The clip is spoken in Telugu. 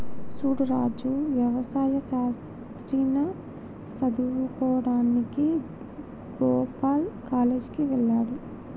సూడు రాజు యవసాయ శాస్త్రాన్ని సదువువుకోడానికి గోపాల్ కాలేజ్ కి వెళ్త్లాడు